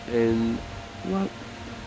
and what